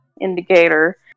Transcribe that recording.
indicator